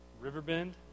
Riverbend